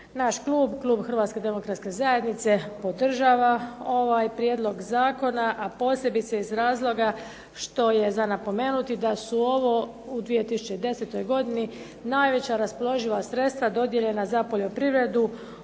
Naš klub, klub Hrvatske demokratske zajednice podržava ovaj prijedlog zakona, a posebice iz razloga što je za napomenuti da su ovo u 2010. godini najveća raspoloživa sredstva dodijeljena za poljoprivredu